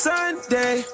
Sunday